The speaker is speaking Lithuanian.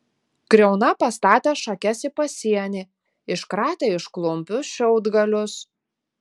kriauna pastatė šakes į pasienį iškratė iš klumpių šiaudgalius